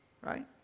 Right